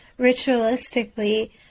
ritualistically